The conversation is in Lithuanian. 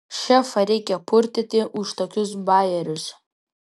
šefą reikia purtyti už tokius bajerius